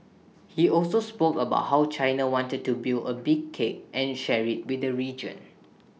he also spoke about how China wanted to build A big cake and share IT with the region